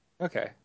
Okay